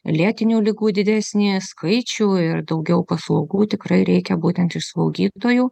lėtinių ligų didesnį skaičių ir daugiau paslaugų tikrai reikia būtent slaugytojų